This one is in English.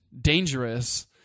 dangerous